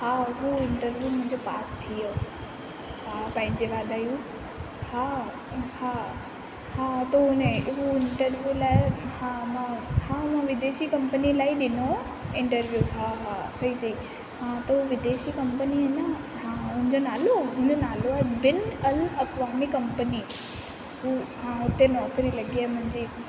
हा उहो इंटरव्यू मुंहिंजो पास थी वियो हा पंहिंजी वाधायूं हा हा हा तूं उन हू इंटरव्यू लाइ हा मां हा विदेशी कंपनी लाइ ई ॾिनो हो इंटरव्यू हा हा सही चयई हा त हू विदेशी कंपनी आहिनि न हा हुन जो नालो हुन जो नालो आहे बिन अल अकिवामिक कंपनी हू हा उते नौकरी लॻी आहे मुंहिंजी